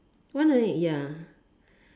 ya